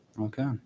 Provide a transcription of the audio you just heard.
Okay